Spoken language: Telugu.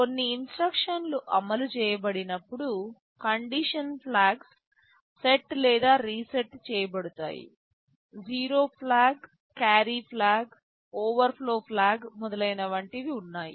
కొన్ని ఇన్స్ట్రక్షన్లు అమలు చేయబడినప్పుడు కండిషన్ ఫ్లాగ్స్ సెట్ లేదా రీసెట్ చేయబడతాయిజీరో flag carry flag overflow flag మొదలైన వంటివి ఉన్నాయి